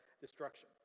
destruction